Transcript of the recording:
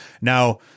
Now